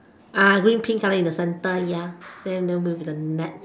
ah green pink color in the centre ya then then with the net